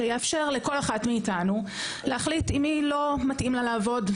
שיאפשר לכל אחת מאיתנו להחליט עם מי לא מתאים לה לעבוד,